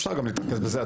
אפשר גם להתרכז בזה,